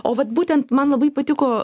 o vat būtent man labai patiko